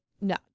no